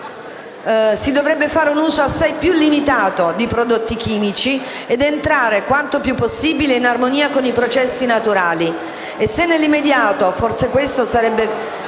si dovrebbe fare un uso assai più limitato di prodotti chimici ed entrare quanto più possibile in armonia con i processi naturali.